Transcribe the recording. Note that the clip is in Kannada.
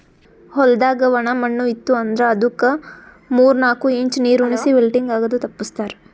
ಹೊಲ್ದಾಗ ಒಣ ಮಣ್ಣ ಇತ್ತು ಅಂದ್ರ ಅದುಕ್ ಮೂರ್ ನಾಕು ಇಂಚ್ ನೀರುಣಿಸಿ ವಿಲ್ಟಿಂಗ್ ಆಗದು ತಪ್ಪಸ್ತಾರ್